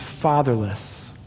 fatherless